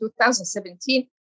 2017